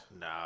No